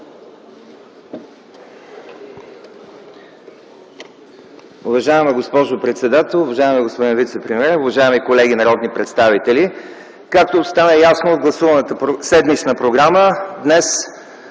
Уважаема госпожо председател, уважаеми господин вицепремиер, уважаеми колеги народни представители! Както стана ясно от гласуваната седмична програма, днес